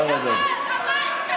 (חברת הכנסת מאי גולן יוצאת מאולם המליאה.)